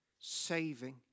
saving